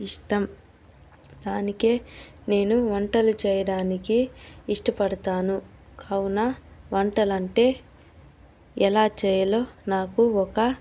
ఇష్టం దానికే నేను వంటలు చేయడానికి ఇష్టపడతాను కావున వంటలంటే ఎలా చేయాలో నాకు ఒక